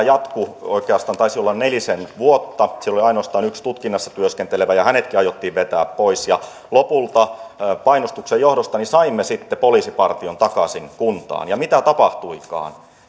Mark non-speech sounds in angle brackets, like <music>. <unintelligible> jatkui oikeastaan taisi olla nelisen vuotta siellä oli ainoastaan yksi tutkinnassa työskentelevä ja hänetkin aiottiin vetää pois lopulta painostuksen johdosta saimme sitten poliisipartion takaisin kuntaan mitä tapahtuikaan